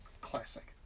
Classic